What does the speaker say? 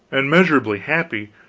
and measurably happy,